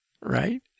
right